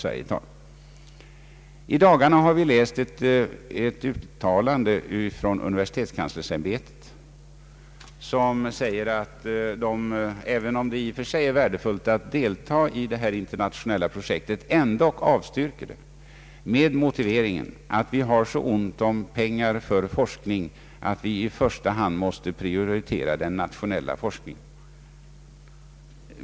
Vi har i dagarna kunnat läsa ett uttalande från universitetskanslersämbetet i vilket framhålles, att även om det i och för sig är värdefullt att delta i detta projekt så avstyrker man det ändå och det med motiveringen att vi har så ont om pengar att vi i första hand måste prioritera den nationella forskningen.